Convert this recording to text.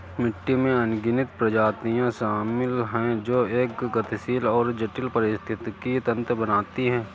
मिट्टी में अनगिनत प्रजातियां शामिल हैं जो एक गतिशील और जटिल पारिस्थितिकी तंत्र बनाती हैं